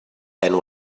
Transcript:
and